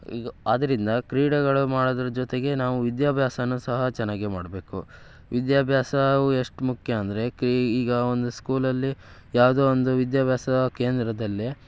ಈಗ ಆದ್ದರಿಂದ ಕ್ರೀಡೆಗಳು ಮಾಡೋದ್ರ ಜೊತೆಗೆ ನಾವು ವಿದ್ಯಾಭ್ಯಾಸಾನ್ನೂ ಸಹ ಚೆನ್ನಾಗೇ ಮಾಡಬೇಕು ವಿದ್ಯಾಭ್ಯಾಸವು ಎಷ್ಟು ಮುಖ್ಯ ಅಂದರೆ ಕ್ರೀ ಈಗ ಒಂದು ಸ್ಕೂಲಲ್ಲಿ ಯಾವುದೋ ಒಂದು ವಿದ್ಯಾಭ್ಯಾಸ ಕೇಂದ್ರದಲ್ಲಿ